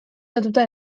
lotuta